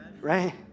right